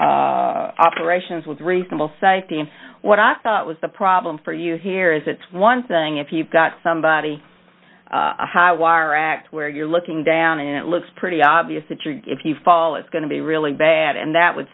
cargo operations with reasonable safety and what i thought was the problem for you here is it's one thing if you've got somebody a high wire act where you're looking down and it looks pretty obvious that you're if you fall it's going to be really bad and that would